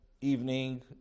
evening